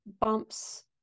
bumps